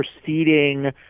proceeding